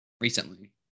recently